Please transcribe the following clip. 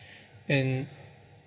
and